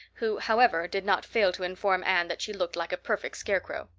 who, however, did not fail to inform anne that she looked like a perfect scarecrow.